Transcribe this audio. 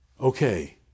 Okay